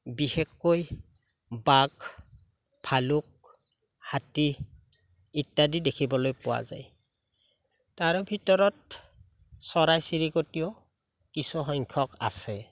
বিশেষকৈ বাঘ ভালুক হাতী ইত্যাদি দেখিবলৈ পোৱা যায় তাৰ ভিতৰত চৰাই চিৰিকতিও কিছুসখ্যক আছে